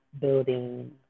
building